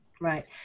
Right